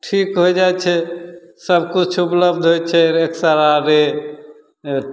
ठीक होइ जाइ छै सबकिछु उपलब्ध होइ छै रे एक्सरा रे